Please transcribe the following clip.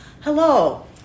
Hello